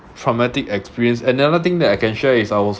traumatic experience another thing that I can share is I was